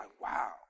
wow